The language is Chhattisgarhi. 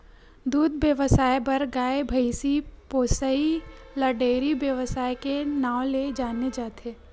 दूद बेवसाय बर गाय, भइसी पोसइ ल डेयरी बेवसाय के नांव ले जाने जाथे